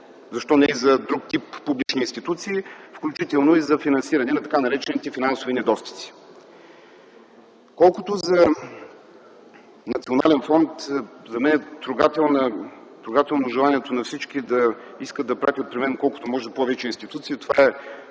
защо не и за друг тип публични институции, включително и за финансиране на така наречените финансови недостизи. Колкото за национален фонд, за мен е трогателно желанието на всички, които искат да изпратят при мен колкото се може повече институции. Това е